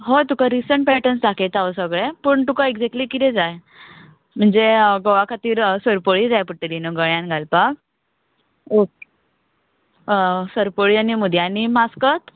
हय तुका recent patterns दाकयता हांव सगळे पूण तुका एगजेक्टली कितें जाय म्हणजे घोवा खातीर सरपळी जाय पडटली नू गळ्यान घालपाक ओके सरपळी आनी मुदी आनी मास्कत